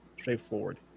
straightforward